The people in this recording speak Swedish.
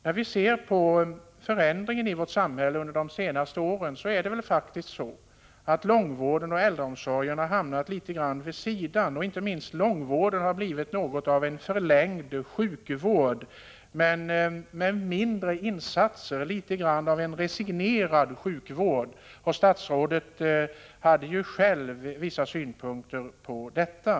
När vi ser på förändringen i vårt samhälle under de senaste åren finner vi ju att långvården och äldreomsorgen har hamnat litet vid sidan om, och inte minst långvården har blivit något av en förlängd sjukvård — med mindre av insatser. Det har där i viss utsträckning blivit fråga om en resignerad sjukvård, och statsrådet hade själv vissa synpunkter på detta.